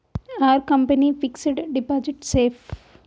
Are company fixed deposit safe?